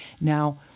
Now